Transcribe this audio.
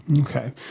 okay